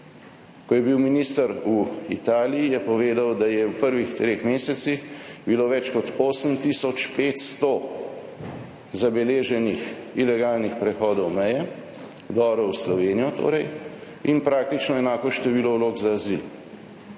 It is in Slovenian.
Ko je bil minister v Italiji, je povedal, da je bilo v prvih treh mesecih več kot 8 tisoč 500 zabeleženih ilegalnih prehodov meje, vdorov v Slovenijo torej, in praktično enako število vlog za azil.